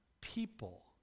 people